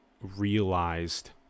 realized